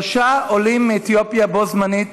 שלושה עולים מאתיופיה בו בזמן.